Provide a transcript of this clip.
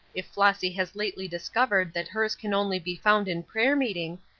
if flossy has lately discovered that hers can only be found in prayer-meeting,